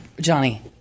Johnny